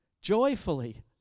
joyfully